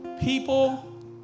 people